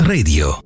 Radio